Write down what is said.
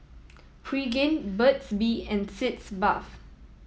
Pregain Burt's Bee and Sitz Bath